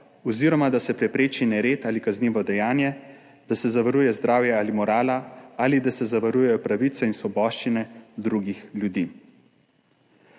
oziroma da se prepreči nered ali kaznivo dejanje, da se zavaruje zdravje ali morala ali da se zavarujejo pravice in svoboščine drugih ljudi.